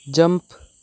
jump